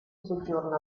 soggiorno